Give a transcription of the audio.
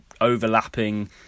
overlapping